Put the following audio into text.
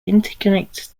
interconnect